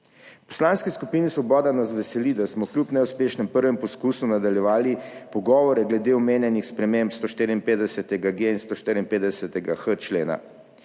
Poslanski skupini Svoboda nas veseli, da smo kljub neuspešnem prvem poskusu nadaljevali pogovore glede omenjenih sprememb 154.g in 154.h člena.